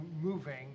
moving